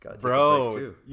Bro